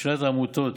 לשאלת העמותות,